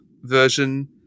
version